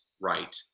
right